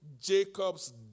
Jacob's